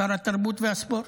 שר התרבות והספורט.